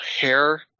hair